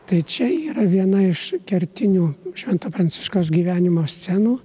tai čia yra viena iš kertinių švento pranciškaus gyvenimo scenų